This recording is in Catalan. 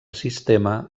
sistema